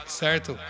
certo